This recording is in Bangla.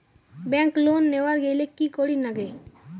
ব্যাংক লোন নেওয়ার গেইলে কি করীর নাগে?